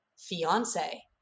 fiance